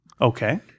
Okay